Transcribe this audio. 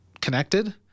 connected